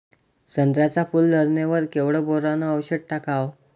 संत्र्याच्या फूल धरणे वर केवढं बोरोंन औषध टाकावं?